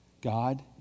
God